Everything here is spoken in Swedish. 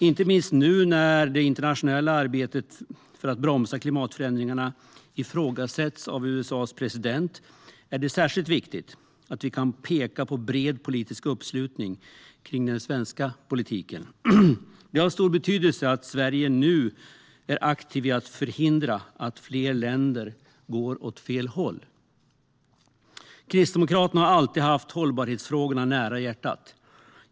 Inte minst nu, när det internationella arbetet för att bromsa klimatförändringarna ifrågasätts av USA:s president, är det särskilt viktigt att vi kan peka på bred politisk uppslutning kring den svenska politiken. Det är av stor betydelse att Sverige nu är aktivt i att förhindra att fler länder går åt fel håll. Kristdemokraterna har alltid haft hållbarhetsfrågorna nära hjärtat.